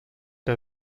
der